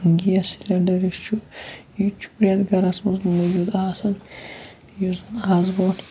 gas cylinder یُس چھُ یہِ تہِ چھُ پرٛٮ۪تھ گَرَس منٛز موٗجوٗد آسان یُس زَن اَز برونٛٹھ